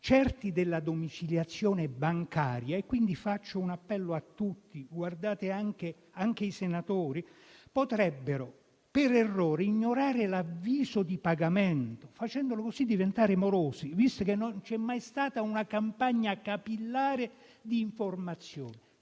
certi della domiciliazione bancaria (e qui rivolgo un appello a tutti, anche ai senatori), potrebbero per errore ignorare l’avviso di pagamento, diventando così morosi, visto che non c’è mai stata una campagna capillare di informazione,